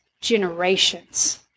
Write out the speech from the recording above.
generations